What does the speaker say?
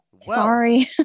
sorry